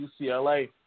UCLA